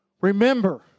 Remember